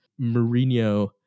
Mourinho